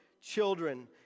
children